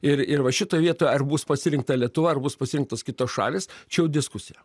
ir ir va šitoj vietoj ar bus pasirinkta lietuva ar bus pasirinktos kitos šalys čia jau diskusija